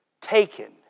taken